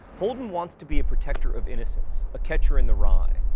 holden wants to be a protector of innocence, a catcher in the rye,